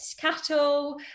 cattle